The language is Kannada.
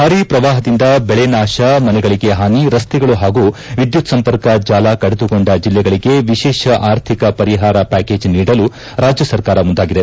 ಭಾರೀ ಪ್ರವಾಹದಿಂದ ಬೆಳೆ ನಾತ ಮನೆಗಳಿಗೆ ಹಾನಿ ರಸ್ತೆಗಳು ಹಾಗೂ ವಿದ್ಯುತ್ ಸಂಪರ್ಕ ಜಾಲ ಕಡಿತಗೊಂಡ ಜಿಲ್ಲೆಗಳಿಗೆ ವಿಶೇಷ ಆರ್ಥಿಕ ಪರಿಹಾರ ಪ್ಲಾಕೇಜ್ ನೀಡಲು ರಾಜ್ಯ ಸರ್ಕಾರ ಮುಂದಾಗಿದೆ